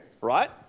right